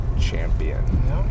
Champion